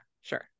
sure